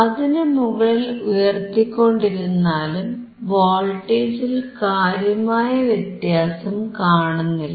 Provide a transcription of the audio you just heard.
അതിനു മുകളിൽ ഉയർത്തിക്കൊണ്ടിരുന്നാലും വോൾട്ടേജിൽ കാര്യമായ വ്യത്യാസം കാണുന്നില്ല